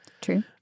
True